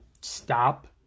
stop